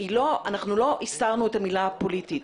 אנחנו לא הסרנו את המילה פוליטית,